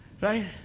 right